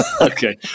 Okay